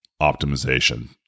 optimization